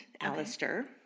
Alistair